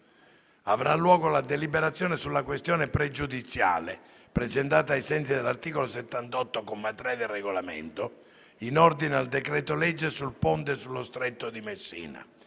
avrà luogo la deliberazione sulla questione pregiudiziale, presentata ai sensi dell'articolo 78, comma 3, del Regolamento, in ordine al decreto-legge sul Ponte sullo Stretto di Messina.